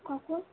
কখন